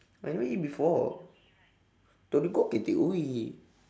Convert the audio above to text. I never eat before torigo can takeaway